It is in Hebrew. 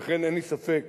לכן, אין לי ספק